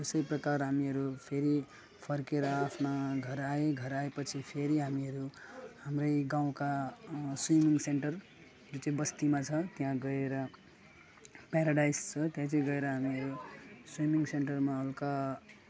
र यसै प्रकार हामीहरू फेरि फर्किएर आफ्ना घर आएँ घर आएपछि फेरि हामीहरू हाम्रै गाउँका स्विमिङ सेन्टर जो चाहिँ बस्तीमा छ त्यहाँ गएर प्याराडाइस हो त्यहाँ चाहिँ गएर हामीहरू स्विमिङ सेन्टरमा हलका